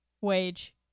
wage